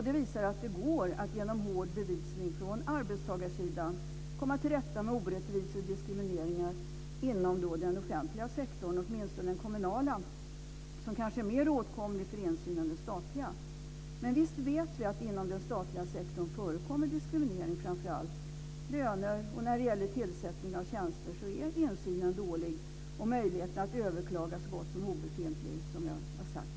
Det visar att det genom stark bevisning från arbetstagarsidan går att komma till rätta med orättvisor och diskriminering inom den offentliga sektorn, åtminstone inom den kommunala sektorn som kanske är mer åtkomlig för insyn än den statliga. Men vi vet att det förekommer diskriminering inom den statliga sektorn. Framför allt när det gäller löner och tillsättning av tjänster är insynen dålig och möjligheten att överklaga så gott som obefintlig.